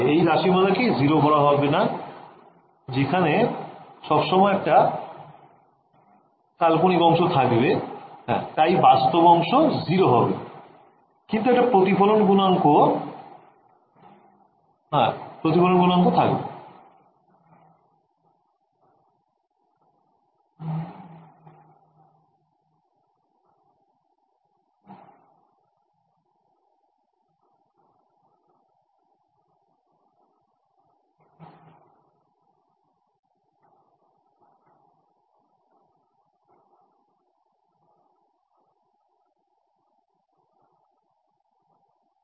এই রাশিমালাকে 0 করা যাবে না যেখানে সবসময় একটা কাল্পনিক অংশ থাকবে তাই বাস্তব অংশ 0হবে কিন্তু একটা প্রতিফলন গুনাঙ্ক থাকবে